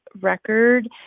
record